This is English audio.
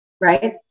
right